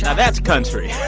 yeah that's country.